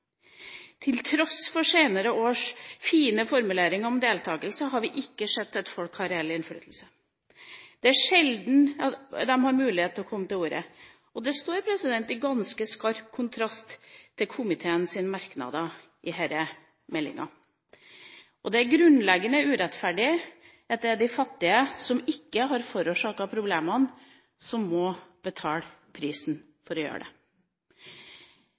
Til tross for senere års fine formuleringer om deltagelse har vi ikke sett at folk har reell innflytelse. Det er sjelden de har mulighet til å komme til orde. Dette står i ganske skarp kontrast til komiteens merknader i denne meldinga. Det er grunnleggende urettferdig at det er de fattige, som ikke har forårsaket problemene, som må betale prisen for det.